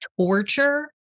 torture